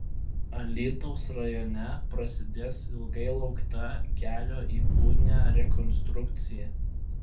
alytaus rajone prasidės ilgai laukta kelio į punią rekonstrukcija